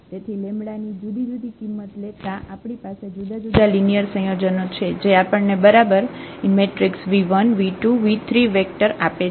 તેથી લેમ્બડા ની જુદી જુદી કિંમત લેતા આપણી પાસે જુદા જુદા લિનિયર સંયોજનો છે જે આપણને બરાબર v1 v2 v3 વેક્ટર આપે છે